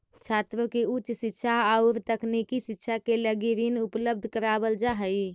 छात्रों के उच्च शिक्षा औउर तकनीकी शिक्षा के लगी ऋण उपलब्ध करावल जाऽ हई